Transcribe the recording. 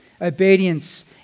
Obedience